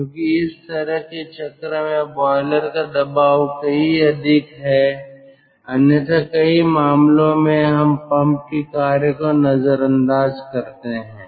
क्योंकि इस तरह के चक्र में बॉयलर का दबाव कहीं अधिक है अन्यथा कई मामलों में हम पंप के कार्य को नजरअंदाज करते हैं